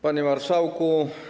Panie Marszałku!